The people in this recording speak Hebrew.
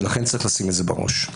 ולכן צריך לשים את זה בראש.